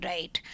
Right